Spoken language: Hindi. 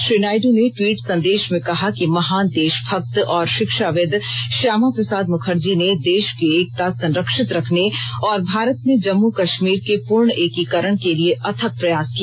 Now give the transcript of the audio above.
श्री नायड् ने टवीट संदेश में कहा कि महान देशभक्त और शिक्षाविद श्यामा प्रसाद मुखर्जी ने देश की एकता संरेक्षित रखने और भारत में जम्मु कश्मीर के पूर्ण एकीकरण के लिए अथक प्रयास किया